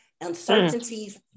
uncertainties